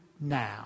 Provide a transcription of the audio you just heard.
now